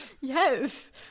yes